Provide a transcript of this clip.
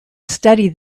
studied